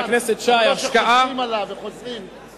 דבר שחוזרים עליו, וחוזרים.